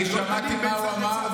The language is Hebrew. אני שמעתי מה הוא אמר,